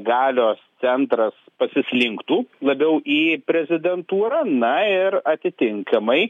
galios centras pasislinktų labiau į prezidentūrą na ir atitinkamai